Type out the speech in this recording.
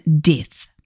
death